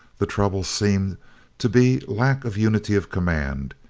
the trouble seemed to be lack of unity of command,